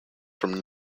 from